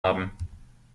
haben